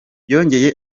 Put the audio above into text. yongeye